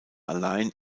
allein